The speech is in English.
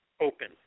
open